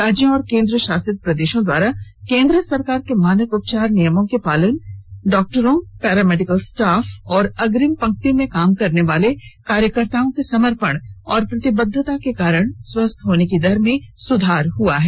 राज्यों और केन्द्रशासित प्रदेशों द्वारा केन्द्र सरकार के मानक उपचार नियमों के पालन डॉक्टरों पैरा मेडिकल स्टॉफ और अग्रिम पंक्ति में काम करने वाले कार्यकर्ताओं के समर्पण और प्रतिबद्दता के कारण स्वस्थ होने की दर में सुधार हुआ है